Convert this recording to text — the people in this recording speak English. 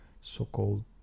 so-called